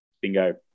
Bingo